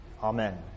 Amen